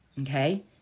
Okay